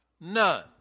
None